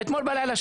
ואתמול בלילה,